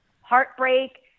heartbreak